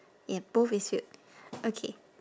yes both is filled okay